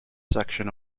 section